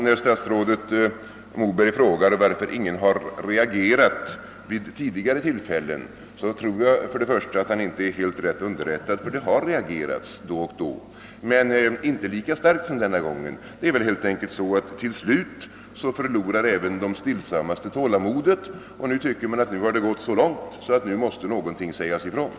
När statsrådet Moberg frågar varför ingen har reagerat vid tidigare tillfällen, tror jag att svaret ligger i att han inte är helt rätt underrättad, ty då och då har det reagerats. Det är väl helt enkelt så, att även de stillsammaste till slut förlorar tålamodet och nu tycker att det gått så långt att någonting måste sägas.